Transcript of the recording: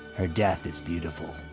her death, it's beautiful.